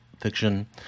fiction